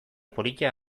polita